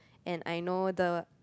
and I know the